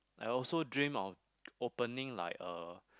I also dream of opening like a